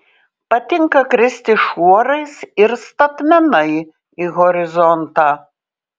patinka kristi šuorais ir statmenai į horizontą